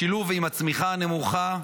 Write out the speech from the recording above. בשילוב עם הצמיחה הנמוכה,